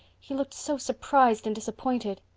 he looked so surprised and disappointed.